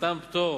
מתן פטור